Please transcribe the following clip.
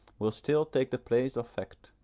will still take the place of fact,